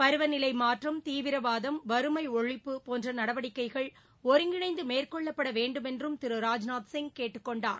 பருவநிலை மாற்றம் தீவிரவாதம் வறுமை ஒழிப்பு போன்ற நடவடிக்கைகள் ஒருங்கிணைந்து மேற்கொள்ளப்பட வேண்டும் என்றும் திரு ராஜ்நாத் சிங் கேட்டுக்கொண்டார்